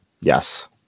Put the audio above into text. Yes